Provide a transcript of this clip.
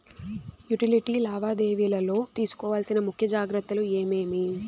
Utility లావాదేవీల లో తీసుకోవాల్సిన ముఖ్య జాగ్రత్తలు ఏమేమి?